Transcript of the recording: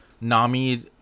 Nami